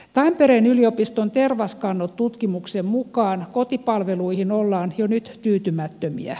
tampereen yliopiston tervaskannot tutkimuksen mukaan kotipalveluihin ollaan jo nyt tyytymättömiä